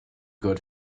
got